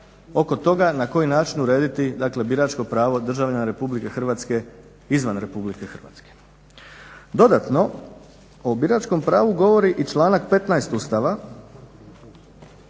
oko toga na koji način urediti dakle biračko pravo državljana RH izvan RH. Dodatno, o biračkom pravu govori i članak 15. Ustava